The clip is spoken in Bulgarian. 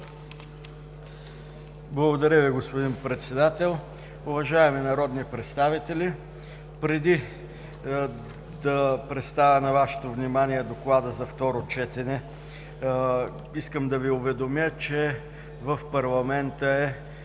Благодаря Ви, господин Председател. Уважаеми народни представители! Преди да представя на Вашето внимание Доклад за второ четене, искам да Ви уведомя, че в парламента е